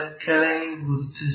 ಕೆಳಗೆ ಗುರುತಿಸುತ್ತೇವೆ